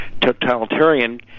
totalitarian